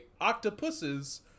Octopuses